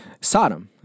Sodom